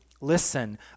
Listen